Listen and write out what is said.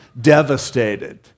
devastated